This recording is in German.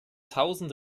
tausend